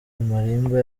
malimba